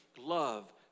love